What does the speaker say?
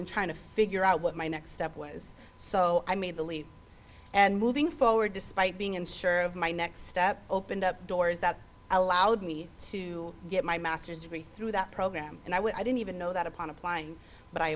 and trying to figure out what my next step was so i made the leap and moving forward despite being unsure of my next step opened up doors that allowed me to get my master's degree through that program and i didn't even know that upon applying but i